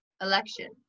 election